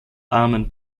armen